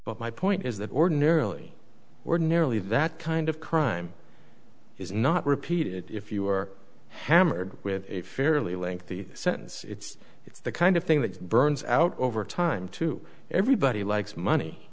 but my point is that ordinarily ordinarily that kind of crime is not repeated if you are hammered with a fairly lengthy sentence it's the kind of thing that burns out over time to everybody likes money